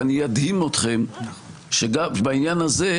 ואני אדהים אתכם בעניין הזה,